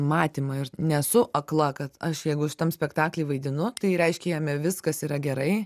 matymą ir nesu akla kad aš jeigu šitam spektakly vaidinu tai reiškia jame viskas yra gerai